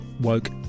woke